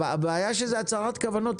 הבעיה שזאת הצהרת כוונות.